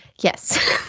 Yes